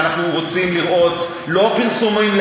שאנחנו רוצים לראות לא פרסומים,